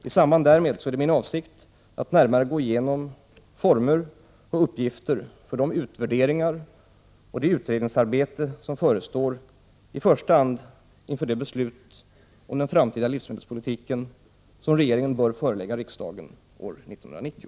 I samband därmed är det min avsikt att närmare gå igenom former och uppgifter för de utvärderingar och det utredningsarbete som förestår, i första hand inför det förslag om den framtida livsmedelspolitiken som regeringen bör förelägga riksdagen år 1990.